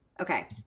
okay